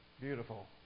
beautiful